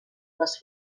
les